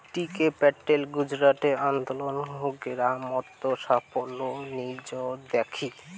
টি কে প্যাটেল গুজরাটের আনন্দ গেরামত সাফল্যের নজির দ্যাখি